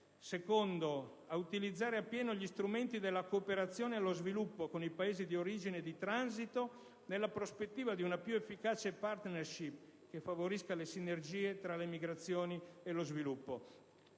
a utilizzare a pieno gli strumenti della cooperazione allo sviluppo con i Paesi di origine e di transito, nella prospettiva di una più efficace *partnership* che favorisca le sinergie tra le migrazioni e lo sviluppo»;